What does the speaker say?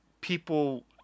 people